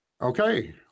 Okay